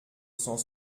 cent